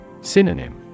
Synonym